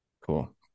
Cool